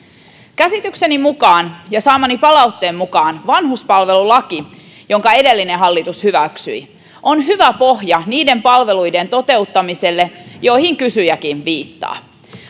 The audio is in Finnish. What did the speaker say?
käsitykseni mukaan ja saamani palautteen mukaan vanhuspalvelulaki jonka edellinen hallitus hyväksyi on hyvä pohja niiden palveluiden toteuttamiselle joihin kysyjäkin viittaa